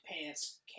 pants